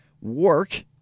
work